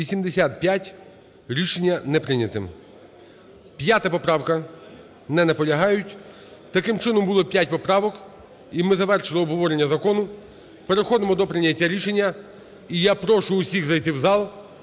За-85 Рішення не прийнято. 5 поправка. Не наполягають. Таким чином було 5 поправок. І ми завершили обговорення закону. Переходимо до прийняття рішення. І я прошу всіх зайти в зал